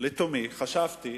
לתומי חשבתי,